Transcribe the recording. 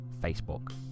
Facebook